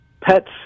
pets